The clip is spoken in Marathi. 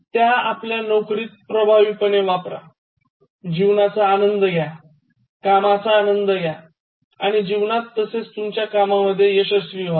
त्या आपल्या नोकरीत प्रभावीपणे वापरा जीवनाचा आनंद घ्या नोकरीचा आनंद घ्या आणि जीवनात तसेच तुमच्या कामा मध्येही यशस्वी व्हा